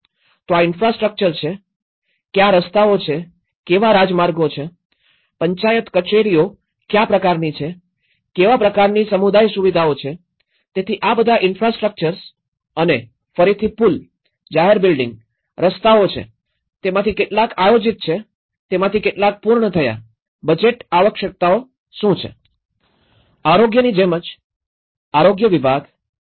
તો આ ઈન્ફ્રાસ્ટ્રક્ચર છે કયા રસ્તા છે કેવા રાજમાર્ગો છે પંચાયત કચેરીઓ કયા પ્રકારની છે કેવા પ્રકારની સમુદાય સુવિધાઓ છે તેથી આ બધા ઇન્ફ્રાસ્ટ્રક્ચર્સ અને ફરીથી પુલ જાહેર બિલ્ડિંગ્સ રસ્તાઓ છે તેમાંથી કેટલા આયોજિત છે તેમાંથી કેટલા પૂર્ણ થયા બજેટ આવશ્યકતાઓ શું છે આરોગ્યની જેમ જ આરોગ્ય વિભાગ એચ